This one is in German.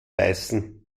beißen